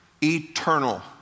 eternal